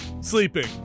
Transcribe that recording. sleeping